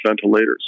ventilators